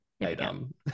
item